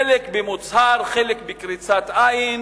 חלק במוצהר, חלק בקריצת עין.